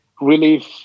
relief